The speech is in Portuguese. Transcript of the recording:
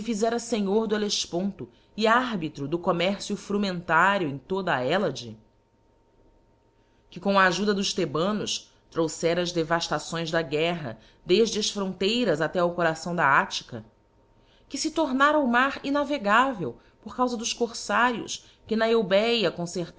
fizera fenhor do hellefponto e arbitro do commercio frumentario em toda a hellade que com a ajuda dos thebanos trouxera as devaftações da guerra defde as fronteiras até ao coração da attica que fe tomara o mar innavegavel por caufa dos corfaríos que na eubéa